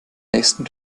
nächsten